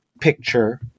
picture